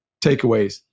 takeaways